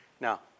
Now